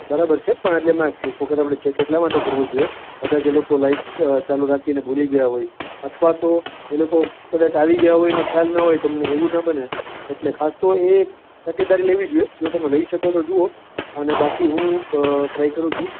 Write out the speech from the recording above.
હા બરાબર છે પણ એટલે એમાં એક વખત આપણે ચેક એટલા માટે કરવું જોએ કદાચ એ લોકો લાઈટ ચાલુ રાખીને ભૂલી ગયા હોય અથવા તો એ લોકો કદાચ આવી ગયા હોય ને ખ્યાલ ના હોય તમને એવું ન બને એટલે ખાસ તો એ તકેદારી લેવી જુએ જો તમે લઈ શકો તો જુઓ અને બાકી હું ટ્રાય કરું છું